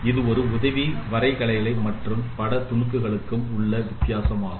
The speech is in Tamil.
இது வலது உதவி வரையறைகள் மற்றும் பட துணுக்குகளும் உள்ள வித்தியாசமாகும்